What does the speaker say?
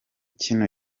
kino